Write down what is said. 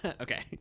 Okay